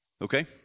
Okay